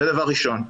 זה דבר ראשון.